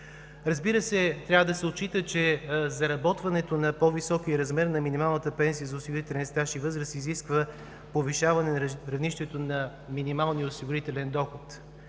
Разбира се, трябва да се отчита, че заработването на по-високия размер на минималната пенсия за осигурителен стаж и възраст изисква повишаване на равнището на минималния осигурителен доход.